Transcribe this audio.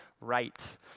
right